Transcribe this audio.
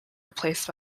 replaced